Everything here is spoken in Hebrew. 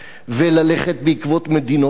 וללכת בעקבות מדינות אחרות,